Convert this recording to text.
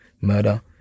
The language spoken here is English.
murder